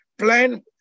Plan